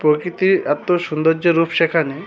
প্রকৃতির এত সৌন্দর্য রূপ সেখানে